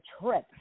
trip